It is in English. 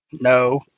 No